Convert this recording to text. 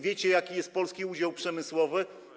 Wiecie, jaki jest polski udział przemysłowy?